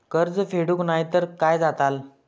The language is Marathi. कर्ज फेडूक नाय तर काय जाताला?